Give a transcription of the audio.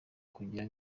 kugira